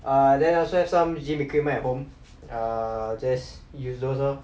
ah then I also have some gym equipment at home err just use those lor